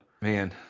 man